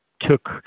took